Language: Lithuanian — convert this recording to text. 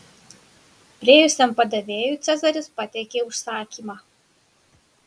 priėjusiam padavėjui cezaris pateikė užsakymą